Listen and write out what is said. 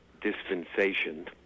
dispensation